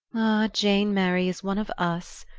jane merry is one of us,